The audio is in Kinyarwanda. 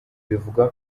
bivuga